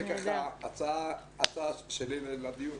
זו ככה הצעה שלי לדיון.